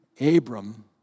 Abram